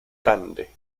grande